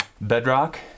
bedrock